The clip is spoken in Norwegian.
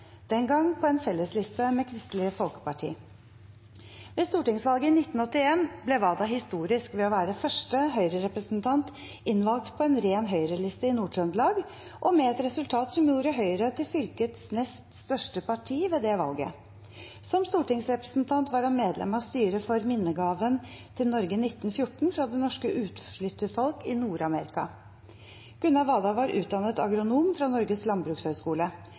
den gang på en fellesliste med Kristelig Folkeparti. Ved stortingsvalget i 1981 ble Vada historisk ved å være første Høyre-representant innvalgt på en ren Høyre-liste i Nord-Trøndelag og med et resultat som gjorde Høyre til fylkets nest største parti ved det valget. Som stortingsrepresentant var han medlem av styret for «Mindegaven til Norge 1914 fra det norske utflytterfolk i Nord-Amerika». Gunnar Vada var utdannet agronom fra Norges